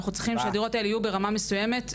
אנחנו צריכים שהדורות האלו יהיו ברמה מסוימת,